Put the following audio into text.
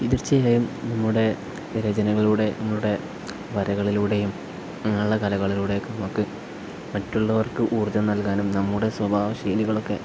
തീർച്ചയായും നമ്മുടെ രചനകളിലൂടെ നമ്മളുടെ വരകളിലൂടെയും അങ്ങനുള്ള കലകളിലൂടെയൊക്കെ നമുക്ക് മറ്റുള്ളവർക്ക് ഊർജ്ജം നൽകാനും നമ്മുടെ സ്വഭാവശൈലികളൊക്കെ